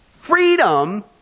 Freedom